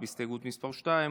הסתייגות מס' 2,